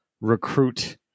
recruit